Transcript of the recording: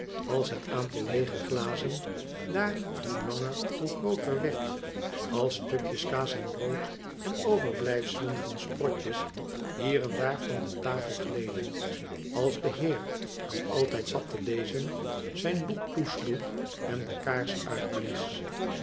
als het aantal le ege glazen daar hoe langer hoe grooter werd als stukjes kaas en brood en overblijfselen van sprotjes hier en daar van de tafel gleden als de heer die altijd zat te lezen zijn boek toesloeg en de kaars uitblies